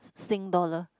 sing dollar